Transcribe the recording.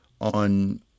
on